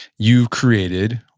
you created,